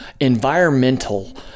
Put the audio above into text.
environmental